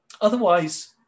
Otherwise